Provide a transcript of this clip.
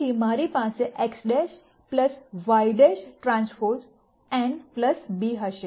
તેથી મારી પાસે X' Y'T n b હશે